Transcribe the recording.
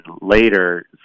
later